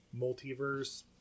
multiverse